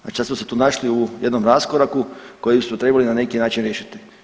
Znači da se tu našli u jednom raskoraku kojeg su trebali na neki način riješiti.